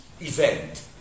event